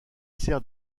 sert